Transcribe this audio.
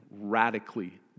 radically